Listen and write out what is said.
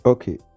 Okay